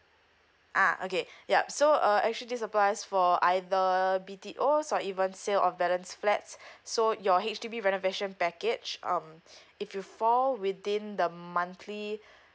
ah okay yup so uh actually this applies for either B_T_Os or even sale of balance flats so your H_D_B renovation package um if you fall within the monthly